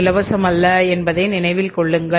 இலவசம் அல்ல என்பதை நினைவில் கொள்ளுங்கள்